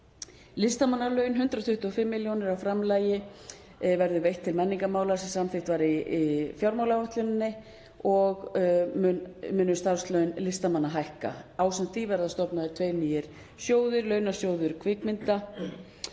Listamannalaun — 125 millj. kr. framlag verður veitt til menningarmála sem samþykkt var í fjármálaáætluninni og munu starfslaun listamanna hækka. Ásamt því verða stofnaðir tveir nýir sjóðir, launasjóður kvikmyndahöfunda